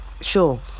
Sure